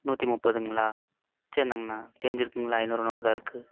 நூற்றி முப்பதுங்களா சே இந்தாங்ணா சேஞ்ச் இருக்குதுங்களா ஐநூறு நோட்டு தான் இருக்குது